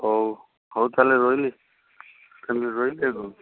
ହଉ ହଉ ତାହେଲେ ରହିଲି ଖାଲି ରହିଲି ଆଉ